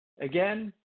Again